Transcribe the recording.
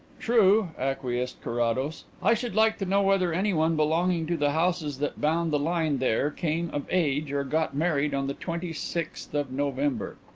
true, acquiesced carrados. i should like to know whether anyone belonging to the houses that bound the line there came of age or got married on the twenty-sixth of november.